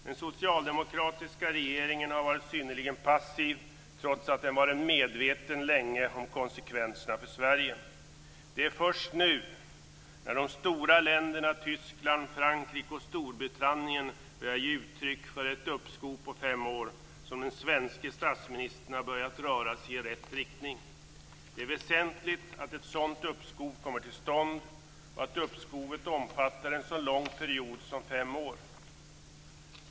Den socialdemokratiska regeringen har varit synnerligen passiv, trots att den länge varit medveten om konsekvenserna för Sverige. Det är först nu, när de stora länderna Tyskland, Frankrike och Storbritannien börjar ge uttryck för ett uppskov på fem år, som den svenska statsministern har börjat röra sig i rätt riktning. Det är väsentligt att ett sådant uppskov kommer till stånd och att uppskovet omfattar en så lång period som fem år.